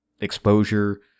exposure